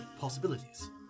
possibilities